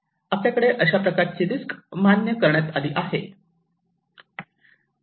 आपल्याकडे अशा प्रकारची रिस्क मान्य करण्यात आली आहे